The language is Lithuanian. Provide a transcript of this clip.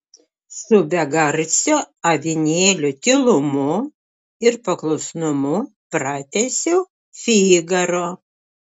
su begarsio avinėlio tylumu ir paklusnumu pratęsiau figaro